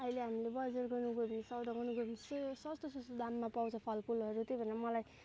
आहिले हामीले बजार गर्नु गयो भने सबै दोकानको विशेष सस्तो सस्तो दाममा पाउँछ फल फुलहरू त्यही भएर मलाई